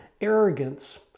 arrogance